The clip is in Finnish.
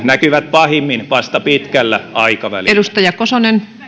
näkyvät pahimmin vasta pitkällä aikavälillä